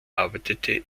arbeitete